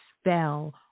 spell